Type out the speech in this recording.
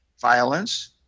violence